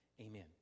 Amen